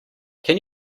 can